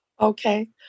okay